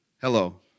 Hello